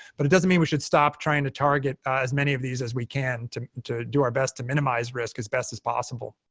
but it doesn't mean we should stop trying to target as many of these as we can to to do our best to minimize risk as best as possible.